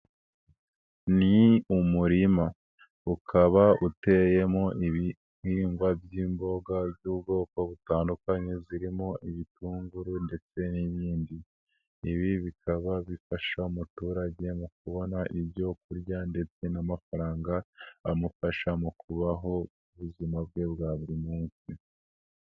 Ni umurima, ukaba uteyemo ibihingwa by'imboga z'ubwoko butandukanye zirimo ibitunguru ndetse n'ibindi. Ibi bikaba bifasha umuturage mu kubona ibyo kurya ndetse n'amafaranga amufasha mu kubaho ubuzima bwe bwa buri munsi.